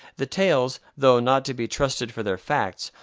the tales, though not to be trusted for their facts,